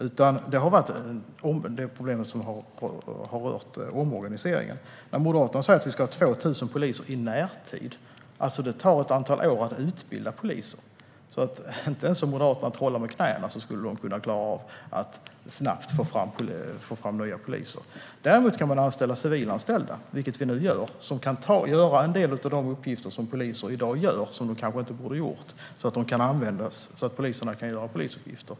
Problemet har i stället rört omorganiseringen. Moderaterna säger att vi ska ha 2 000 poliser i närtid, men det tar ett antal år att utbilda poliser. Inte ens om Moderaterna trollade med knäna skulle de klara av att snabbt få fram nya poliser. Däremot kan man anställa civilanställda, vilket vi nu gör. De kan göra en del av de uppgifter poliser i dag gör och som de kanske inte borde göra. Då kan poliserna i stället ägna sig åt polisuppgifter.